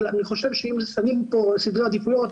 אבל אני חושב שאם שמים את הסדרי העדיפויות,